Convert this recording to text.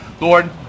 Lord